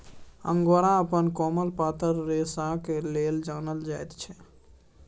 angora अपन कोमल पातर रेशाक लेल जानल जाइत छै